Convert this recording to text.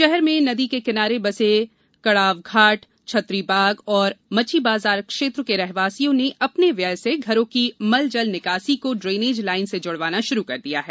षहर में नदी के किनारे बर्से कड़ावघाट छत्रीबाग और मच्छी बाजार क्षेत्र के रहवासियों ने अपने व्यय से घरों की मल जल निकासी को इनेज लाइन से जुड़वाना षुरू कर दिया है